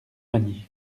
magny